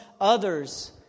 others